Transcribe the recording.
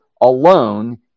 alone